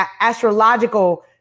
astrological